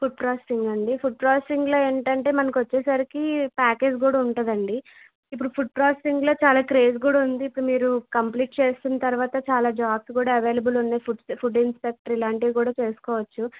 food ప్రాసెసింగా అండి food ప్రాసెసింగ్లో ఏంటంటే మనకొచ్చేసరికి ప్యాకేజ్ కూడా ఉంటుందండి ఇప్పుడు ఫుడ్ ప్రాసెసింగ్లో చాలా క్రేజ్ కూడా ఉంది ఇప్పుడు మీరు కంప్లీట్ చేసిన తర్వాత చాలా జాబ్స్ కూడా అవైలబుల్ ఉన్నాయి ఫుడ్ ఫుడ్ ఇన్స్పెక్టర్ ఈలాంటివి కూడా చేసుకోవచ్చు